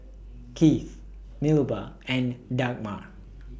Keith Melba and Dagmar